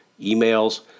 emails